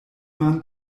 man